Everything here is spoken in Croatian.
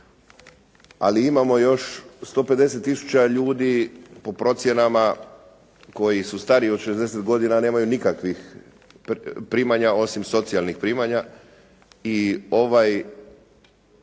Ali imamo još 150 tisuća ljudi po procjenama koji su stariji od 60 godina, a nemaju nikakvih primanja osim socijalnih primanja i ovaj